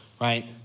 right